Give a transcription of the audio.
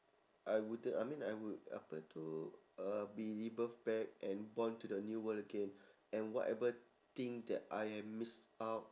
I would uh I mean I would apa tu uh be rebirth back and born to the new world again and whatever thing that I have miss out